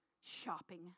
shopping